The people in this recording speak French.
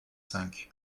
cinq